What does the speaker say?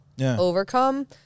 overcome